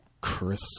Chris